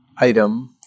item